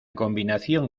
combinación